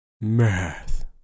Math